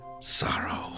sorrow